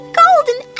golden